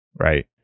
right